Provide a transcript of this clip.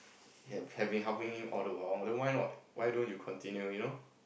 have have been helping him all the while then why not why don't you continue you know